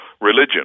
religion